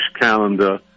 calendar